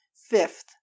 Fifth